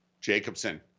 Jacobson